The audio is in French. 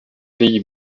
pays